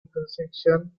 intersection